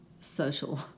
social